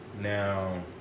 Now